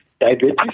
diabetes